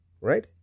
right